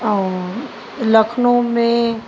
ऐं लखनऊ में